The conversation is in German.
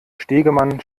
stegemann